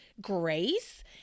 Grace